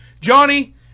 Johnny